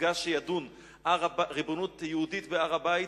מפגש שידון בריבונות יהודית בהר-הבית,